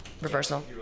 reversal